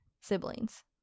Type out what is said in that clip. siblings